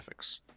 graphics